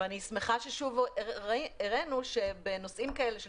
ואני שמחה ששוב הראנו שבנושאים כאלה של